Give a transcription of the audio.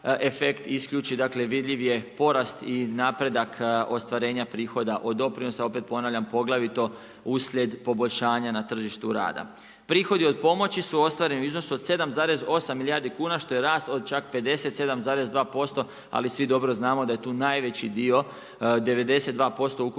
isključi dakle, vidljiv je porast i napredak ostvarenja prihoda od doprinosa. Opet ponavljam, poglavito uslijed poboljšanja na tržištu rada. Prihodi od pomoći su ostvareni u iznosu od 7,8 milijardi kuna, što je rast od čak 57,2% ali svi dobro znamo, da je tu najveći dio, 92% ukupnih